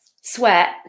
sweat